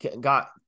got